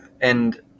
and-